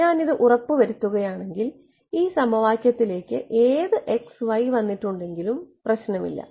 ഞാൻ ഇത് ഉറപ്പുവരുത്തുകയാണെങ്കിൽ ഈ സമവാക്യത്തിലേക്ക് ഏത് x y എന്നിവ വന്നിട്ടുണ്ടെങ്കിലും പ്രശ്നമില്ല